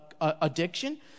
addiction